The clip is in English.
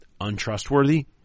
untrustworthy